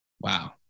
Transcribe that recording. Wow